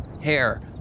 Hair